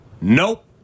Nope